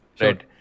Right